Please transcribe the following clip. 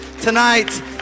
tonight